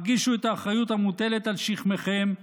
הרגישו את האחריות המוטלת על שכמכם,